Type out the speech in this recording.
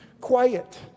quiet